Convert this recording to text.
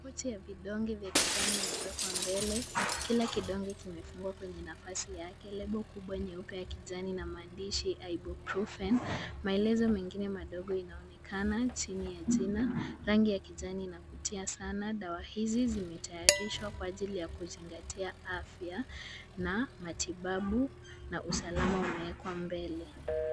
Pochi ya vidonge vya kijani imewekwa mbele. Kila kidonge kimefungwa kwenye nafasi yake. Lebo kubwa nyeupe ya kijani na maandishi hydrobrufen . Maelezo mengine madogo inaonekana chini ya jina. Rangi ya kijani inavutia sana. Dawa hizi zimetayarishwa kwa ajili ya kuzingatia afya na matibabu na usalama unawekwa mbele.